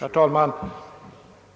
Herr talman!